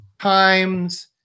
times